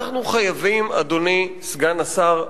אדוני סגן השר,